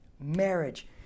marriage